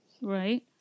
Right